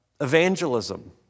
evangelism